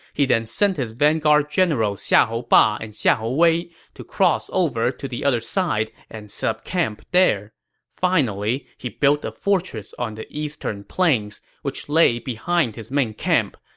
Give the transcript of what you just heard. he then sent his vanguard generals xiahou ba and xiahou wei to cross over to the other side and set up camp. finally, he built a fortress on the eastern plains, which lay behind his main camp,